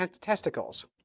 testicles